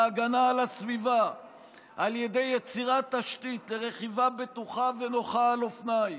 והגנה על הסביבה על ידי יצירת תשתית לרכיבה בטוחה ונוחה על אופניים,